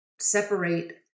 separate